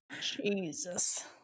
Jesus